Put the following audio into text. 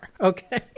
okay